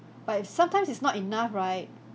but if sometimes it's not enough right